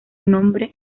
nombre